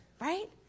Right